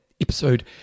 Episode